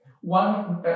one